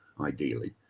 ideally